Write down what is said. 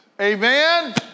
Amen